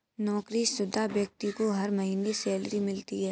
नौकरीशुदा व्यक्ति को हर महीने सैलरी मिलती है